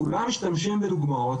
כולם משתמשים בדוגמאות,